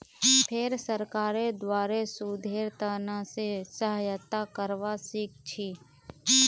फेर सरकारेर द्वारे शोधेर त न से सहायता करवा सीखछी